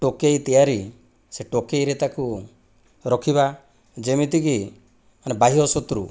ଟୋକେଇ ତିଆରି ସେ ଟୋକେଇରେ ତାକୁ ରଖିବା ଯେମିତିକି ବାହ୍ୟ ଶତ୍ରୁ